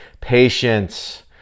Patience